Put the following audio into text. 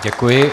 Děkuji.